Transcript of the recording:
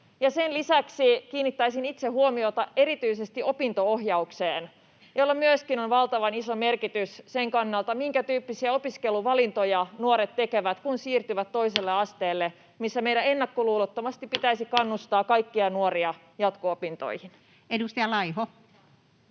Sen lisäksi kiinnittäisin itse huomiota erityisesti opinto-ohjaukseen, jolla myöskin on valtavan iso merkitys sen kannalta, minkä tyyppisiä opiskeluvalintoja nuoret tekevät, kun siirtyvät toiselle asteelle, missä meidän ennakkoluulottomasti pitäisi kannustaa kaikkia nuoria jatko-opintoihin. [Speech